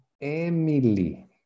Emily